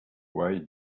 why